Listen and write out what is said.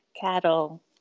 cattle